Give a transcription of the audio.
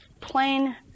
plain